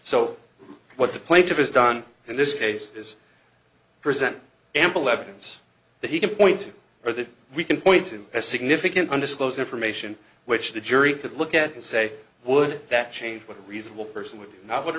so what the plaintiff has done in this case is present ample evidence that he can point or that we can point to as significant undisclosed information which the jury could look at and say would that change what a reasonable person would know what